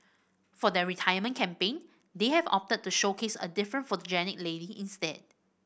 for their retirement campaign they have opted to showcase a different photogenic lady instead